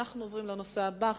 אנחנו עוברים לנושא הבא,